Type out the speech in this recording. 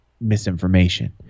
misinformation